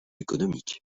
économique